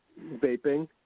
vaping